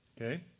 Okay